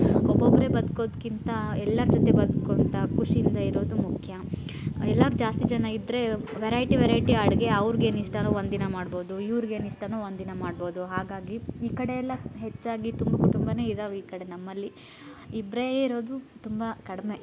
ಒಬ್ಬೊಬ್ಬರೇ ಬದುಕೋದ್ಕಿಂತ ಎಲ್ಲರ ಜೊತೆ ಬದುಕೋವಂತ ಖುಷಿಯಿಂದ ಇರೋದು ಮುಖ್ಯ ಎಲ್ಲರೂ ಜಾಸ್ತಿ ಜನ ಇದ್ದರೆ ವೆರೈಟಿ ವೆರೈಟಿ ಅಡುಗೆ ಅವ್ರಿಗೇನ್ ಇಷ್ಟವೋ ಒಂದು ದಿನ ಮಾಡ್ಬೋದು ಇವ್ರಿಗೇನ್ ಇಷ್ಟವೋ ಒಂದು ದಿನ ಮಾಡ್ಬೋದು ಹಾಗಾಗಿ ಈ ಕಡೆಯೆಲ್ಲ ಹೆಚ್ಚಾಗಿ ತುಂಬು ಕುಟುಂಬವೇ ಇದಾವೆ ಈ ಕಡೆ ನಮ್ಮಲ್ಲಿ ಇಬ್ಬರೇ ಇರೋದು ತುಂಬ ಕಡಿಮೆ